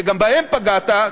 וגם בהם פגעת,